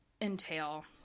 entail